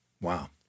Wow